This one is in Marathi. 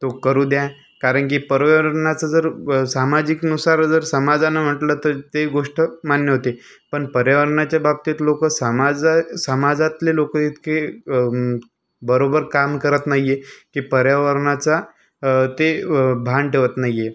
तो करू द्या कारण की पर्यावरणाचं जर सामाजिकनुसार जर समाजानं म्हटलं तर ते गोष्ट मान्य होते पण पर्यावरणाच्या बाबतीत लोक समाज समाजातले लोक इतके बरोबर काम करत नाही आहे की पर्यावरणाचा ते भान ठेवत नाही आहे